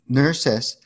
nurses